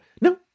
no